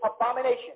abomination